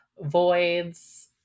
voids